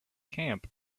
camp